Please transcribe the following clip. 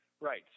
right